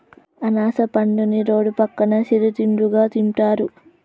అనాస పండుని రోడ్డు పక్కన సిరు తిండిగా తింటారు